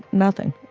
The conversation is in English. nothing.